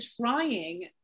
trying